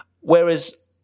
whereas